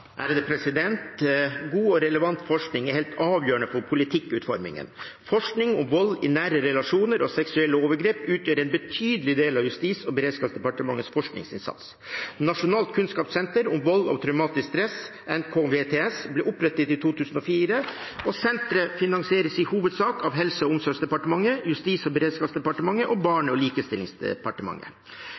God og relevant forskning er helt avgjørende for politikkutformingen. Forskning om vold i nære relasjoner og seksuelle overgrep utgjør en betydelig del av Justis- og beredskapsdepartementets forskningsinnsats. Nasjonalt kunnskapssenter om vold og traumatisk stress, NKVTS, ble opprettet i 2004, og senteret finansieres i hovedsak av Helse- og omsorgsdepartementet, Justis- og beredskapsdepartementet og Barne- og likestillingsdepartementet.